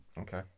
okay